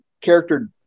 character